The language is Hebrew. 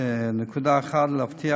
1. להבטיח